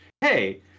hey